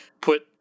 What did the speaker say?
put